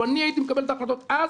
לו אני הייתי מקבל את ההחלטות אז